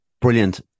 brilliant